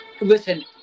Listen